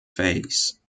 phase